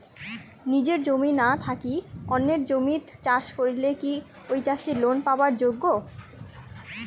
নিজের জমি না থাকি অন্যের জমিত চাষ করিলে কি ঐ চাষী লোন পাবার যোগ্য?